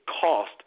cost